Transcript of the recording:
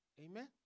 Amen